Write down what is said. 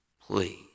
please